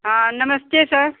हाँ नमस्ते सर